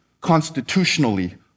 constitutionally